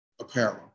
apparel